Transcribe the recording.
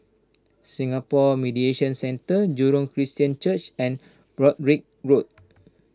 Singapore Mediation Centre Jurong Christian Church and Broadrick Road